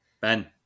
Ben